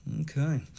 Okay